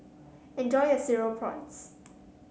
enjoy your Cereal Prawns